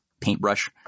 paintbrush